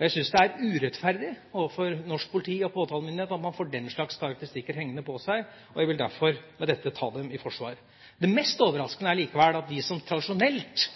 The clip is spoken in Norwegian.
Jeg syns det er urettferdig overfor norsk politi og påtalemyndighet at man får den slags karakteristikker hengende på seg. Jeg vil derfor med dette ta dem i forsvar. Det mest overraskende er likevel at de som tradisjonelt